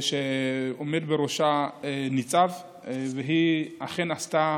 שעומד בראשה ניצב, והיא אכן עשתה